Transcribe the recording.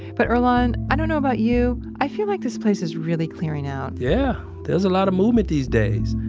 but, earlonne, i don't know about you. i feel like this place is really clearing out yeah. there's a lot of movement these days.